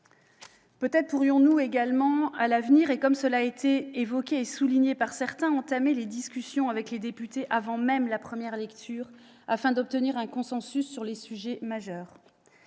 Peut-être pourrions-nous également, à l'avenir, et comme cela a déjà été évoqué et souligné par certains, engager les discussions avec les députés avant même la première lecture, afin d'obtenir un consensus sur les sujets majeurs.